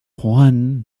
one